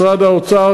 משרד האוצר,